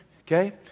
Okay